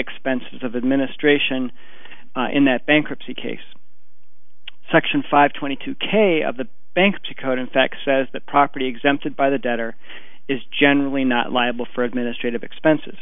expenses of administration in that bankruptcy case section five twenty two k of the bankruptcy code in fact says that property exempted by the debtor is generally not liable for administrative expenses